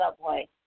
subway